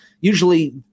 usually